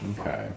Okay